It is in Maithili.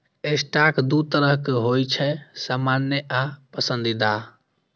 स्टॉक दू तरहक होइ छै, सामान्य आ पसंदीदा